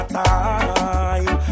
time